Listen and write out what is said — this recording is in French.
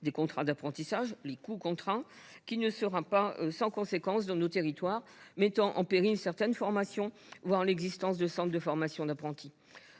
des contrats d’apprentissage – les coûts contrats –, ce qui ne sera pas sans conséquence dans nos territoires, au risque de mettre en péril certaines formations, voire l’existence de centres de formation d’apprentis.